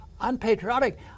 unpatriotic